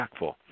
impactful